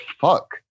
fuck